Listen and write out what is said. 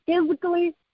physically